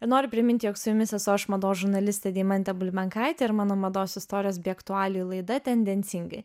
ir noriu primint jog su jumis esu aš mados žurnalistė deimantė bulbenkaitė ir mano mados istorijos bei aktualijų laida tendencingai